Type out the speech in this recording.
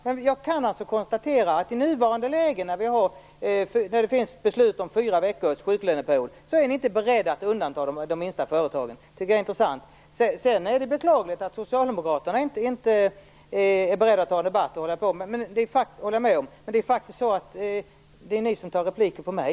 Men jag kan konstatera att i nuvarande läge, med ett beslut om fyra veckors sjuklöneperiod, är Folkpartiet inte berett att undanta de minsta företagen. Det tycker jag är intressant. Sedan är det beklagligt att Socialdemokraterna inte är beredda att föra en debatt - det håller jag med om. Men det är faktiskt Sigge Godin som begär repliker på mig.